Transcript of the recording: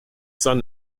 son